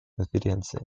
конференции